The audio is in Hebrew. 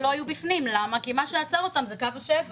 שלא היו בפנים כי מה שעצר אותם זה קו השבע